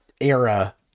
era